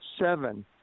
seven